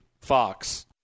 Fox